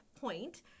point